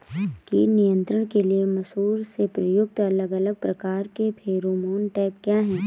कीट नियंत्रण के लिए मसूर में प्रयुक्त अलग अलग प्रकार के फेरोमोन ट्रैप क्या है?